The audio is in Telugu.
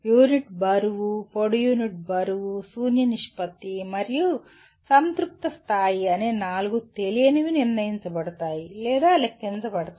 యూనిట్ బరువు పొడి యూనిట్ బరువు శూన్య నిష్పత్తి మరియు సంతృప్త స్థాయి అనే నాలుగు తెలియనివి నిర్ణయించబడతాయి లేదా లెక్కించబడతాయి